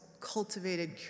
cultivated